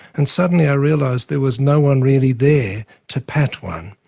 and suddenly i realised there was no one really there to pat one.